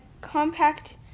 compact